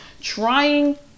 trying